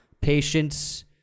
patience